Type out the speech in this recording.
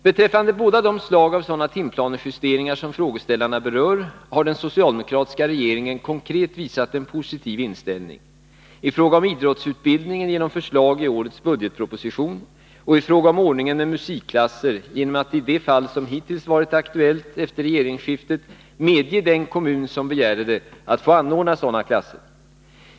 Beträffande båda de slag av sådana timplanejusteringar som frågeställarna berör har den socialdemokratiska regeringen konkret visat en positiv inställning — i fråga om idrottsutbildningen genom förslag i årets budgetproposition och i fråga om ordningen med musikklasser genom att i det fall som hittills varit aktuellt efter regeringsskiftet medge den kommun, som begärde det, att få anordna sådana klasser.